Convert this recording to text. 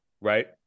right